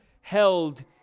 held